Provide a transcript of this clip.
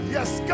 Yes